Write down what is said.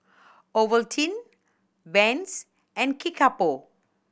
Ovaltine Vans and Kickapoo